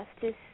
justice